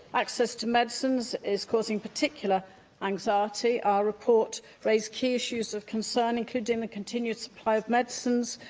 access to medicines is causing particular anxiety. our report raised key issues of concern including the continuous supply of medicines,